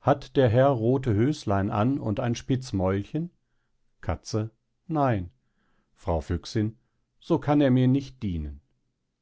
hat der herr rothe höslein an und ein spitz mäulchen katze nein fr füchsin so kann er mir nicht dienen